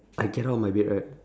I get out of my bed right